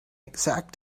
exact